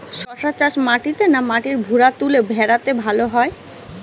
শশা চাষ মাটিতে না মাটির ভুরাতুলে ভেরাতে ভালো হয়?